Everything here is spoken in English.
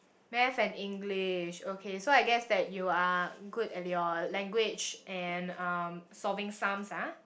math and English okay so I guess that you are good at your language and um solving sums ah